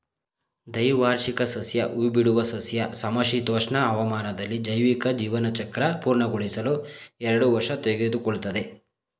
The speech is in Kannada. ದ್ವೈವಾರ್ಷಿಕ ಸಸ್ಯ ಹೂಬಿಡುವ ಸಸ್ಯ ಸಮಶೀತೋಷ್ಣ ಹವಾಮಾನದಲ್ಲಿ ಜೈವಿಕ ಜೀವನಚಕ್ರ ಪೂರ್ಣಗೊಳಿಸಲು ಎರಡು ವರ್ಷ ತೆಗೆದುಕೊಳ್ತದೆ